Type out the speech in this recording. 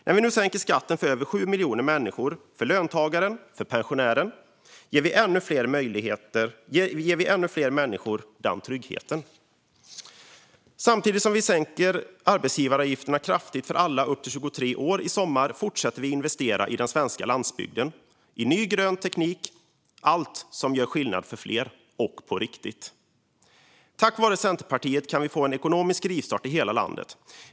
När vi nu sänker skatten för över 7 miljoner människor, för löntagare och pensionärer, ger vi ännu fler människor den tryggheten. Samtidigt som vi sänker arbetsgivaravgifterna kraftigt för alla upp till 23 år i sommar fortsätter vi att investera i den svenska landsbygden och i ny, grön teknik. Allt detta gör skillnad för fler, på riktigt. Tack vare Centerpartiet kan vi få en ekonomisk rivstart i hela landet.